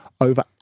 over